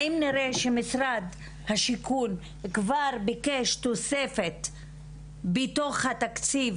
האם נראה שמשרד השיכון כבר ביקש תוספת בתוך התקציב